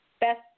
best